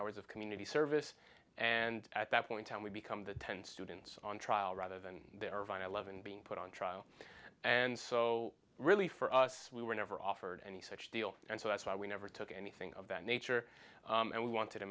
hours of community service and at that point on we become the ten students on trial rather than there are vine eleven being put on trial and so really for us we were never offered any such deal and so that's why we never took anything of that nature and we want to